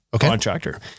contractor